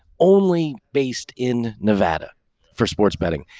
onley, based in nevada for sports betting.